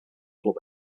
club